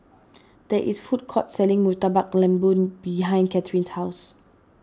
there is a food court selling Murtabak Lembu behind Cathryn's house